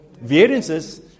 variances